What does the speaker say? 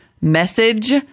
Message